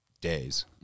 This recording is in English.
days